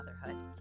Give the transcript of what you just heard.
motherhood